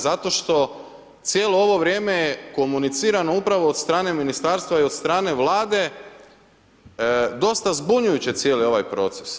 Zato što cijelo ovo vrijeme je komunicirano upravo od strane Ministarstva i od strane Vlade dosta zbunjujući cijeli ovaj proces.